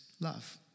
love